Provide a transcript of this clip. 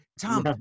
Tom